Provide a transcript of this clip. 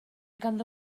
ganddo